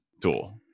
tool